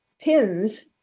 pins